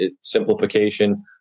simplification